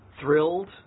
thrilled